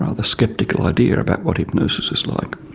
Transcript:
rather sceptical idea about what hypnosis is like.